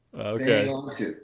okay